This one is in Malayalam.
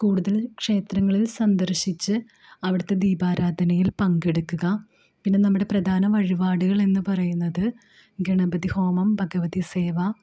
കൂടുതൽ ക്ഷേത്രങ്ങളിൽ സന്ദർശിച്ച് അവിടത്തെ ദീപാരാധനയിൽ പങ്കെടുക്കുക പിന്നെ നമ്മുടെ പ്രധാന വഴിപാടുകൾ എന്ന് പറയുന്നത് ഗണപതിഹോമം ഭഗവതിസേവ